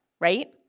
Right